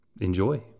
enjoy